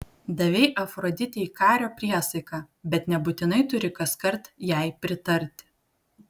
davei afroditei kario priesaiką bet nebūtinai turi kaskart jai pritarti